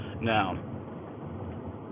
Now